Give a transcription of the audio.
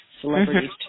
celebrities